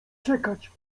czekać